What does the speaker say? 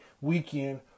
weekend